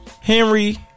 Henry